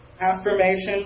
affirmation